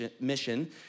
mission